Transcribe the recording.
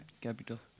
Capital